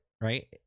Right